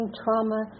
trauma